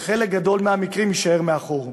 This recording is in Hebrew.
בחלק גדול מהמקרים יישאר מאחור.